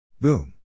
Boom